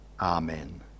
Amen